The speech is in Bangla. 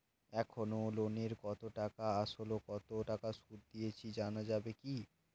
এখনো লোনের কত টাকা আসল ও কত টাকা সুদ দিয়েছি জানা যাবে কি?